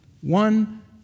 One